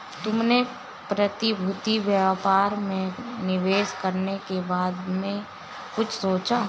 तुमने प्रतिभूति व्यापार में निवेश करने के बारे में कुछ सोचा?